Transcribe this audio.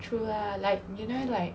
true lah like you know like